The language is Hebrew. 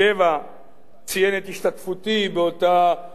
ציין את השתתפותי באותה ישיבה,